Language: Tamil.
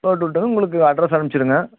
போட்டுவிட்டதும் உங்களுக்கு அட்ரஸ் அனுப்பிச்சிடுங்க